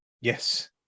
yes